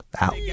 Out